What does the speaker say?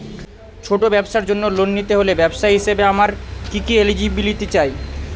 ছোট ব্যবসার জন্য লোন নিতে হলে ব্যবসায়ী হিসেবে আমার কি কি এলিজিবিলিটি চাই?